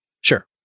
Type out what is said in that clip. Sure